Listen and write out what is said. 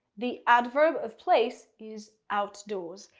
the adverb of place is outdoors.